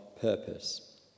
purpose